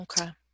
Okay